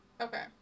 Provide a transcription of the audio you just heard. Okay